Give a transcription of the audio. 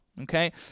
okay